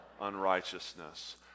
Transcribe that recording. unrighteousness